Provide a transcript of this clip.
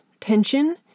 tension